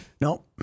No